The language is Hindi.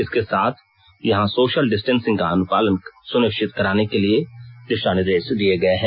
इसके साथ यहां सोशल डिस्टेंसिंग का पालन सुनिश्चित कराने के निर्देश भी दिए गए हैं